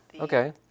Okay